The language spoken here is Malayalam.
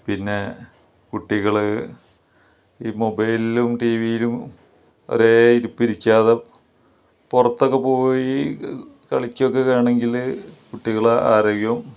പിന്നെ കുട്ടികള് ഈ മൊബൈലിലും ടീവിയിലും ഒരേ ഇരുപ്പ് ഇരിക്കാതെ പുറത്തൊക്കെ പോയി കളിയ്ക്കുക ഒക്കെ ആണെങ്കിൽ കുട്ടികള് ആരോഗ്യം